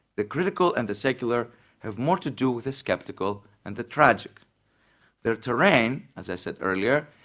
the critical and the secular have more to do with the sceptical and the tragic their terrain, as i said earlier,